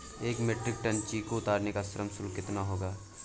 एक metric ton चीकू उतारने का श्रम शुल्क कितना होगा?